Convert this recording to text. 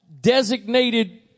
Designated